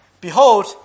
Behold